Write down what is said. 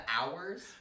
hours